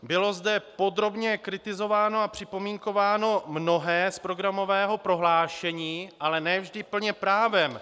Bylo zde podrobně kritizováno a připomínkováno mnohé z programového prohlášení, ale ne vždy plně právem.